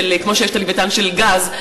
כמו שיש הלווייתן של הגז,